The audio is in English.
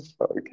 Okay